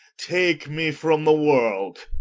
take me from the world,